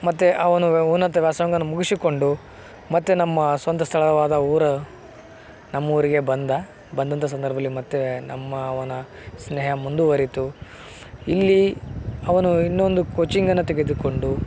ಮತ್ತೆ ಅವನು ಉನ್ನತ ವ್ಯಾಸಂಗವನ್ನು ಮುಗಿಸಿಕೊಂಡು ಮತ್ತೆ ನಮ್ಮ ಸ್ವಂತ ಸ್ಥಳವಾದ ಊರು ನಮ್ಮೂರಿಗೆ ಬಂದ ಬಂದಂಥ ಸಂದರ್ಭದಲ್ಲಿ ಮತ್ತೆ ನಮ್ಮ ಅವನ ಸ್ನೇಹ ಮುಂದುವರೀತು ಇಲ್ಲಿ ಅವನು ಇನ್ನೊಂದು ಕೋಚಿಂಗನ್ನು ತೆಗೆದುಕೊಂಡು